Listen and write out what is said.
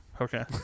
okay